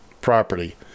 property